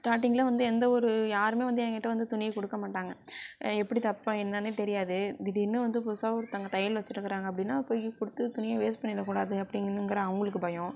ஸ்டார்டிங்ல வந்து எந்த ஒரு யாருமே வந்து என்கிட்ட வந்து துணியே கொடுக்க மாட்டாங்க எப்படி தைப்பேன் என்னனே தெரியாது திடீர்னு வந்து புதுசாக ஒருத்தவங்க தையல் வச்சிருக்குறாங்க அப்படினா போய் கொடுத்து துணியை வேஸ்ட் பண்ணிட கூடாது அப்படினுங்குற அவங்களுக்கு பயம்